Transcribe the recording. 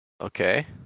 Okay